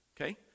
Okay